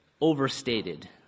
overstated